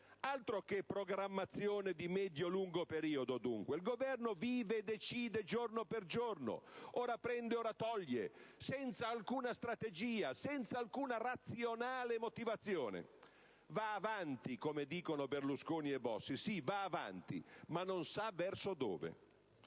Altro che programmazione di medio-lungo periodo, dunque; il Governo vive e decide giorno per giorno, ora prende, ora toglie, senza alcuna strategia, senza alcuna razionale motivazione. Va avanti, come dicono Berlusconi e Bossi: sì, va avanti, ma non sa verso dove.